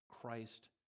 Christ